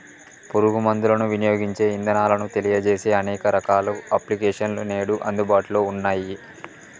పురుగు మందులను వినియోగించే ఇదానాలను తెలియజేసే అనేక రకాల అప్లికేషన్స్ నేడు అందుబాటులో ఉన్నయ్యి